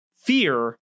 fear